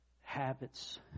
Habits